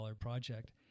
project